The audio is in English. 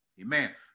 amen